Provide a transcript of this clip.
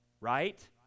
Right